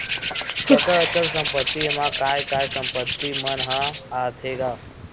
कका अचल संपत्ति मा काय काय संपत्ति मन ह आथे गा?